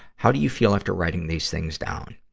how do you feel after writing these things down?